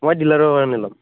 মই